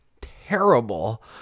terrible